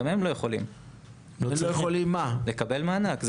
גם הם לא יכולים לקבל מענק.